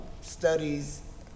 studies